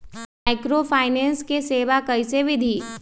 Microfinance के सेवा कइसे विधि?